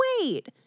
wait